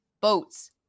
boats